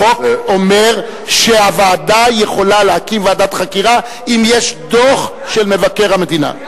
החוק אומר שהוועדה יכולה להקים ועדת חקירה אם יש דוח של מבקר המדינה.